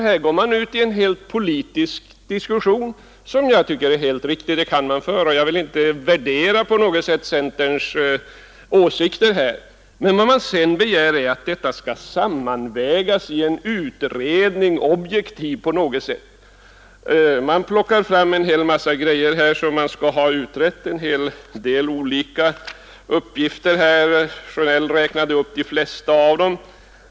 Här går man ut i en som jag tycker helt riktig politisk diskussion — jag vill inte på något sätt värdera centerns åsikter. Men vad man sedan begär är att detta skall sammanvägas i en objektiv utredning. Man plockar fram en hel mängd saker som man vill ha utredda. Herr Sjönell räknade upp de flesta av dem.